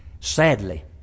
Sadly